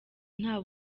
nta